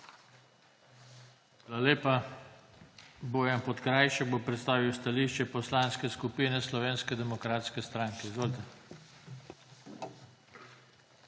Hvala